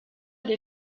des